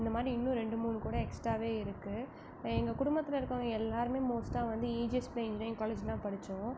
இந்த மாதிரி இன்னும் ரெண்டு மூணு கூடு எக்ஸ்ட்டாவே இருக்குது எங்கள் குடும்பத்தில் இருக்கறவங்க எல்லோருமே மோஸ்ட்டாக வந்து இஜிஎஸ் பிள்ளை இன்ஜினியரிங் காலேஜில் தான் படித்தோம்